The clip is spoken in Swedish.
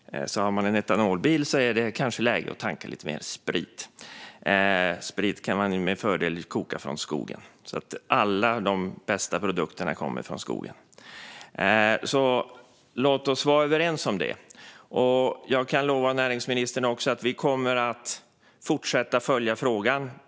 Har man en etanolbil är det alltså kanske läge att tanka lite mer sprit. Och sprit kan med fördel kokas på råvaror från skogen. Alla de bästa produkterna kommer från skogen - låt oss vara överens om det! Jag kan lova näringsministern att vi kommer att fortsätta följa frågan.